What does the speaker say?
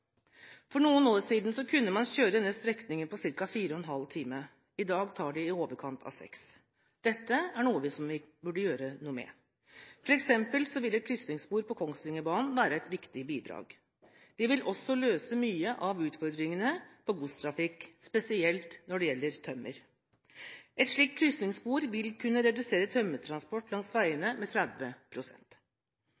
For noen år siden kunne man kjøre denne strekningen på ca. fire og en halv time. I dag tar det i overkant av seks. Dette er noe vi burde gjøre noe med. For eksempel vil et krysningsspor på Kongsvingerbanen være et viktig bidrag. Det ville også løse mye av utfordringene med godstrafikk, spesielt når det gjelder tømmer. Et slikt krysningsspor ville kunne redusere tømmertransport langs